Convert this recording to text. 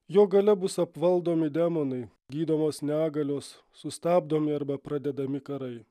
jo galia bus apvaldomi demonai gydomos negalios sustabdomi arba pradedami karai